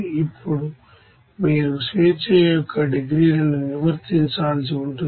ఇప్పుడు మీరు degrees of freedom ను నిర్వర్తించాల్సి ఉంటుంది